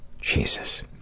Jesus